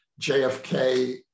JFK